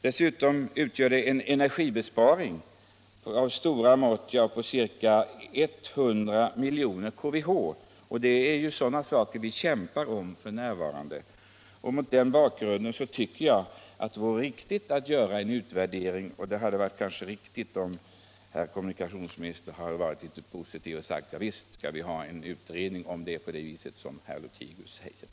Dessutom utgör detta en energibesparing av stora mått, ca 100 miljoner kWh, och det är ju sådana saker vi kämpar med f.n. Mot denna bakgrund tycker jag att man borde göra en utvärdering, och det hade kanske varit riktigt om kommunikationsministern ställt sig positiv och sagt att visst skall vi ha en utredning, om det är på det viset som herr Lothigius säger.